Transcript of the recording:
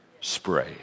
spray